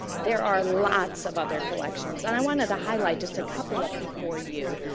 there are lots of other collections. and, i wanted to highlight just a couple of them for you.